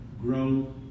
grow